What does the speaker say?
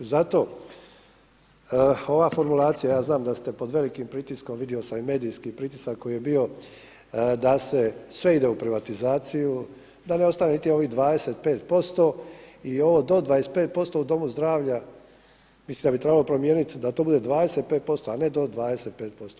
Zato ova formulacija, ja znam da ste pod velikim pritiskom, vidio sam i medijski pritisak koji je bio da se sve ide u privatizaciju, da ne ostane niti ovih 25% i ovo do 25% u domu zdravlja mislim da bi trebalo promijeniti da to bude 25%, a ne do 25%